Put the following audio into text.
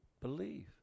believe